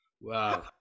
Wow